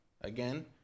again